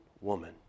woman